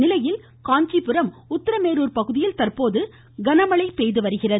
இந்நிலையில் காஞ்சிபுரம் உத்தரமேருா் பகுதியில் தற்போது மழை பெய்து வருகிறது